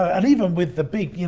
and even with the big,